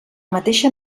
mateixa